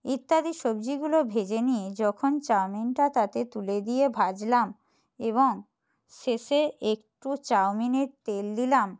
ইত্যাদি সবজিগুলো ভেজে নিয়ে যখন চাউমিনটা তাতে তুলে দিয়ে ভাজলাম এবং শেষে একটু চাউমিনের তেল দিলাম